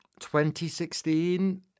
2016